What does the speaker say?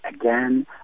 again